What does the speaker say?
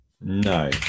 No